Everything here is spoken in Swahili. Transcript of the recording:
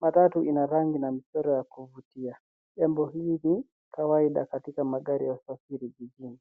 Matatu ina rangi na michoro ya kuvutia. Jambo hili ni kawaida katika magari ya usafiri jijini.